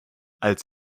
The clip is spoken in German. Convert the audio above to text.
als